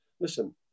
Listen